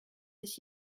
sich